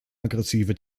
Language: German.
aggressive